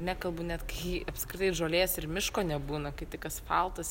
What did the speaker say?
nekalbu net kai apskritai žolės ir miško nebūna kai tik asfaltas